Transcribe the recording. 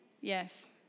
yes